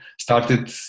started